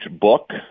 book